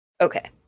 Okay